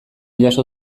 jaso